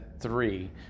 three